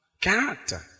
Character